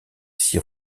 s’y